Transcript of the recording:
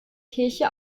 kirche